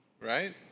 right